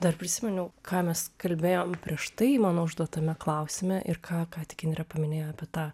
dar prisiminiau ką mes kalbėjom prieš tai mano užduotame klausime ir ką ką tik indrė paminėjo apie tą